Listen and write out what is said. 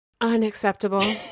Unacceptable